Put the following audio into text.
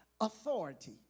authority